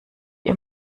ihr